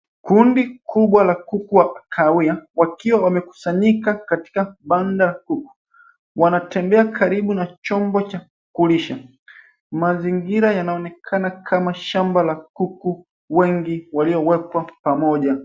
Kundi kubwa la kuku wa kahawia wakiwa wamekusanyika katika kibanda huru. Wanatembea karibu na chombo cha kulisha. Mazingira yanaonekana kama shamba la kuku wengi walio wekwa pamoja.